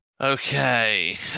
Okay